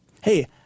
Hey